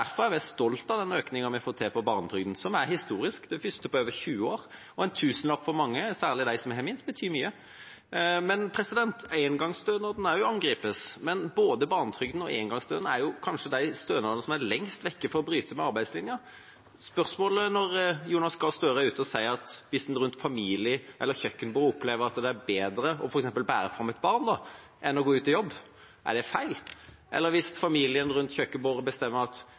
Derfor er jeg stolt av den økningen vi får til på barnetrygden, som er historisk – den første på over 20 år. For mange betyr en tusenlapp mye, særlig for dem som har minst. Engangsstønaden angripes også, men både barnetrygden og engangsstønaden er kanskje de stønadene som er lengst vekk fra å bryte med arbeidslinja. Spørsmålet er – når Jonas Gahr Støre er ute og sier at hvis en rundt kjøkkenbordet opplever at det er bedre f.eks. å bære fram et barn enn å gå ut i jobb – om det er feil. Eller hvis familien rundt kjøkkenbordet bestemmer at